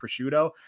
prosciutto